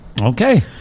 Okay